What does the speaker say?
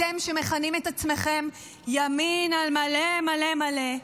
אתם, שמכנים את עצמכם ימין על מלא מלא מלא,